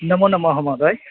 नमोनमः महोदय